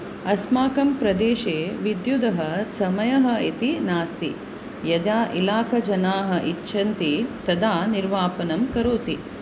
अस्माकं प्रदेशे विद्युदः समयः इति नास्ति यदा इलाकजनाः इच्छन्ति तदा निर्वापनं करोति